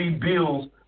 bills